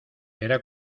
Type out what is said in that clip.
era